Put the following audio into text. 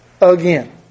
again